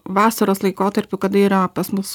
vasaros laikotarpiu kada yra pas mus